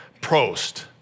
Prost